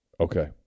Okay